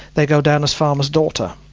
they go down as farmer's daughter.